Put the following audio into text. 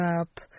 up